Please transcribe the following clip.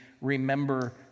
remember